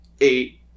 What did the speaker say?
eight